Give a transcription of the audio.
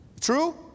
True